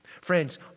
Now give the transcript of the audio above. Friends